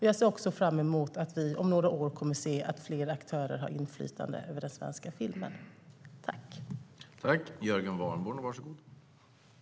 Jag ser också fram emot att fler aktörer kommer att ha inflytande över svensk film om några år.